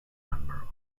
member